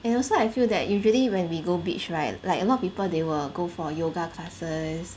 and also I feel that usually when we go beach right like a lot of people they will go for yoga classes